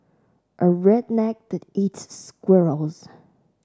a redneck that eats squirrels